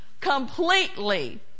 completely